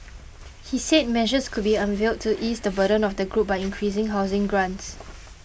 he said measures could be unveiled to ease the burden of this group by increasing housing grants